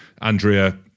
Andrea